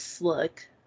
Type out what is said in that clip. look